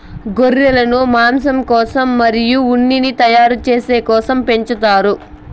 గొర్రెలను మాంసం కోసం మరియు ఉన్నిని తయారు చేసే కోసం పెంచుతారు